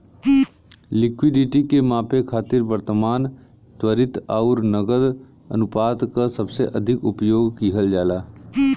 liquidity के मापे खातिर वर्तमान, त्वरित आउर नकद अनुपात क सबसे अधिक उपयोग किहल जाला